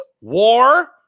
war